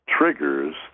triggers